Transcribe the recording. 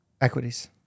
equities